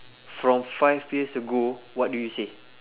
from five years ago what do you say